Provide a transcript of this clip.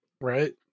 Right